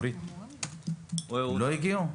הגיעו?